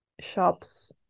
shops